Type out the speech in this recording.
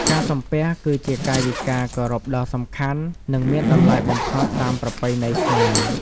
ការសំពះ គឺជាកាយវិការគោរពដ៏សំខាន់ និងមានតម្លៃបំផុតតាមប្រពៃណីខ្មែរ។